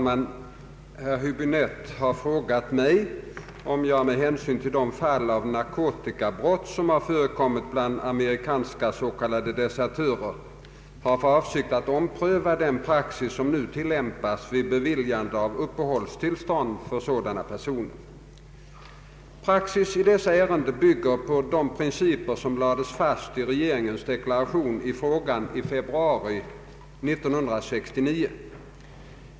Herr Höbinette har frågat mig om jag med hänsyn till de fall av narkotikabrott som har förekommit bland amerikanska s.k. desertörer har för avsikt att ompröva den praxis som nu tillämpas vid beviljandet av uppehållstillstånd för sådana personer. Praxis i dessa ärenden bygger på de principer som lades fast i regeringens deklaration i frågan i februari 1969.